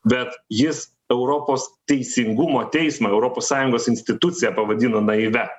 bet jis europos teisingumo teismo europos sąjungos instituciją pavadino naivia